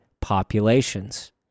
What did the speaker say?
populations